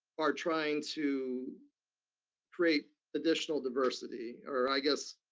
are trying to create additional diversity, or i guess,